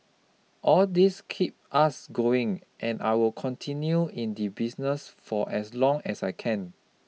all these keep us going and I will continue in the business for as long as I can